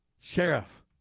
Sheriff